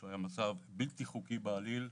זה היה מצב בלתי חוקי בעליל,